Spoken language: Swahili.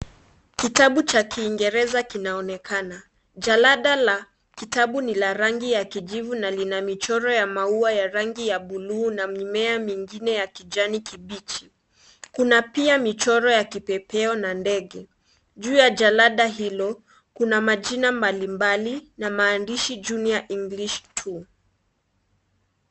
Kitabu cha kiingereza kinaonekana, jalada la kitabu ni la rangi ya kijivu na lina michoro ya rangi ya bluu na mimea mingine ya kijani kibichi kuna pia michoro ya kipepeo na ndege , juu ya jalada hilo kuna michoro ,mbalimbali na maandishi juniour english 2 .